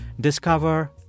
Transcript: Discover